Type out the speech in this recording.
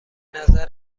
نظر